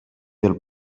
del